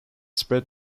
spread